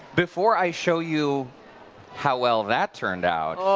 before i show you how well that turned out,